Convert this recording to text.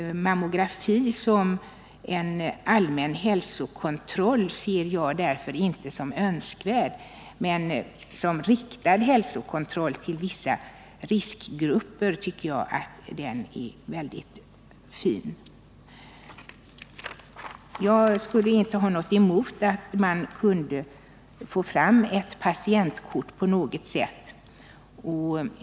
Mammografi som en allmän hälsokontroll ser jag därför för dagen inte som önskvärd, men som riktad hälsokontroll för vissa riskgrupper tycker jag den är mycket fin. Jag skulle inte ha något emot om man på något sätt kunde få fram ett patientkort.